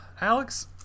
Alex